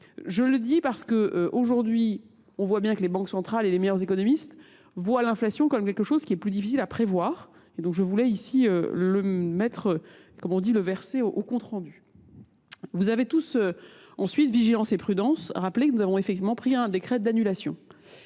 Je le dis parce qu'aujourd'hui, on voit bien que les banques centrales et les meilleurs économistes voient l'inflation comme quelque chose qui est plus difficile à prévoir, et donc je voulais ici le mettre, comme on dit, le verser au compte rendu. Vous avez tous ensuite, vigilance et prudence, rappelé que nous avons effectivement pris un décret d'annulation.